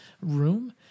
room